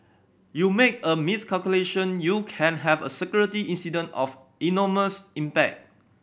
you make a miscalculation you can have a security incident of enormous impact